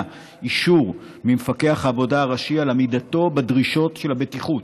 אישור ממפקח העבודה הראשי על עמידתו בדרישות של הבטיחות,